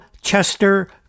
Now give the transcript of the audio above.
Chester